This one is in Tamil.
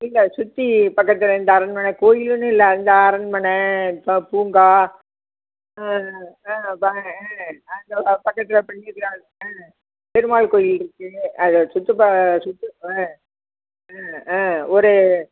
இல்லை சுற்றி பக்கத்தில் இந்த அரண்மன கோயிலுன்னு இல்லை அந்த அரண்மனை இப்ப பூங்கா ஆ ப ஆ அந்த பக்கத்தில் ஆ பெருமாள் கோயில் இருக்குது அதை சுற்றிப்பா சுற்று ஆ ஆ ஆ ஒரு